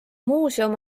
muuseum